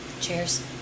Cheers